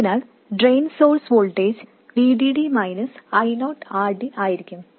അതിനാൽ drain source voltage VDD I0 RD ആയിരിക്കും